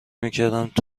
میکردم، تو